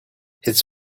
his